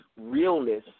realness